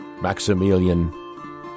Maximilian